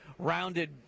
rounded